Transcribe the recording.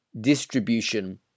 distribution